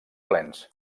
plens